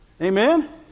Amen